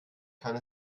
kann